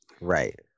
Right